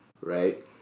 Right